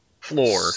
floor